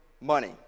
money